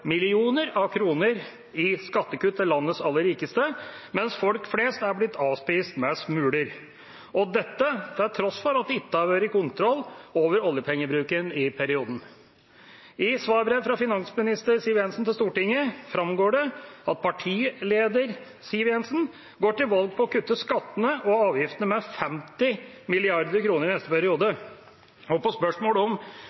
millioner av kroner i skattekutt til landets aller rikeste, mens folk flest er blitt avspist med smuler – dette til tross for at det ikke har vært kontroll over oljepengebruken i perioden. I svarbrev fra finansminister Siv Jensen til Stortinget framgår det at partileder Siv Jensen går til valg på å kutte skattene og avgiftene med 50 mrd. kr i neste